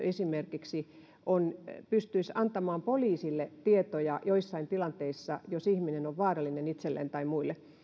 esimerkiksi terveydenhuoltohenkilöstö pystyisi antamaan poliisille tietoja joissain tilanteissa jos ihminen on vaarallinen itselleen tai muille